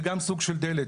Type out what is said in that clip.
זה גם סוג של דלק.